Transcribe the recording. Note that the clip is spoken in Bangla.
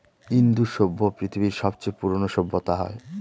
ইন্দু সভ্য পৃথিবীর সবচেয়ে পুরোনো সভ্যতা হয়